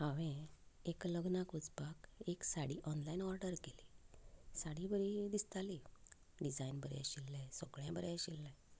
हांवें एका लग्नाक वचपाक एक साडी ऑनलायन ऑर्डर केली साडी बरी दिसताली डिझायन बरें आशिल्लें सगळें बरें आशिल्लें